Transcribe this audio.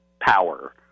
power